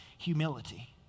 Humility